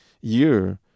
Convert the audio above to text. year